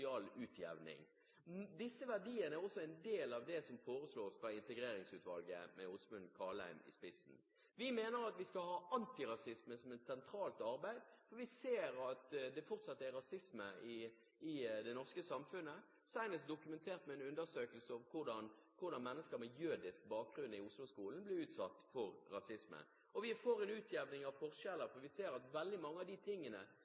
utjevning. Disse verdiene er også en del av det som foreslås fra Integreringsutvalget med Osmund Kaldheim i spissen. Vi mener at vi skal ha antirasisme som et sentralt arbeid, for vi ser at det fortsatt er rasisme i det norske samfunnet – senest dokumentert med en undersøkelse om hvordan mennesker med jødisk bakgrunn i Oslo-skolen blir utsatt for rasisme. Og vi er for en utjevning av forskjeller, for vi ser at veldig mange av de